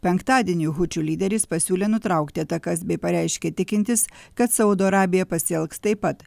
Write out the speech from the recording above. penktadienį hučių lyderis pasiūlė nutraukti atakas bei pareiškė tikintis kad saudo arabija pasielgs taip pat